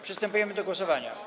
Przystępujemy do głosowania.